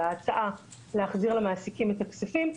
על ההצעה להחזיר למעסיקים את הכספים.